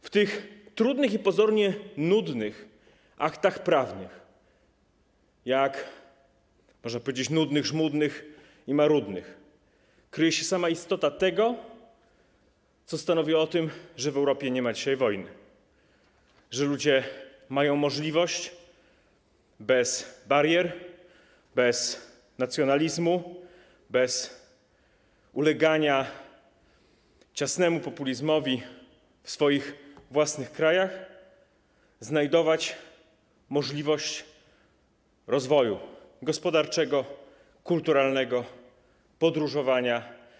W tych trudnych i pozornie nudnych aktach prawnych, można powiedzieć: nudnych, żmudnych i marudnych, kryje się sama istota tego, co stanowi o tym, że w Europie nie ma dzisiaj wojny, że ludzie mają możliwość bez barier, bez nacjonalizmu, bez ulegania ciasnemu populizmowi w swoich własnych krajach znajdować możliwość rozwoju gospodarczego, kulturalnego, podróżowania.